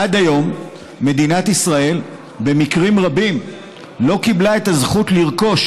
עד היום מדינת ישראל במקרים רבים לא קיבלה את הזכות לרכוש